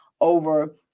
over